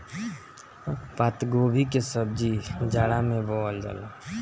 पातगोभी के सब्जी जाड़ा में बोअल जाला